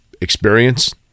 experience